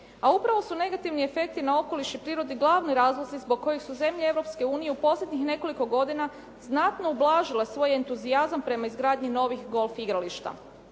A upravo su negativni efekti na okoliš i prirodu glavni razlozi zbog kojeg su zemlje Europske unije u posljednjih nekoliko godina znatno ublažile svoj entuzijazam prema izgradnji novih golf igrališta.